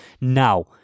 Now